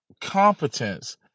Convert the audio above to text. competence